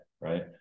right